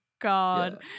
God